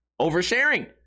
Oversharing